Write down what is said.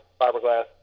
fiberglass